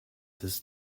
this